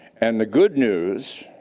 and the good news,